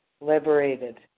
liberated